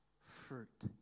fruit